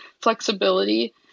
flexibility